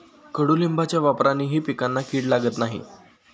कडुलिंबाच्या वापरानेही पिकांना कीड लागत नाही